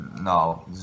No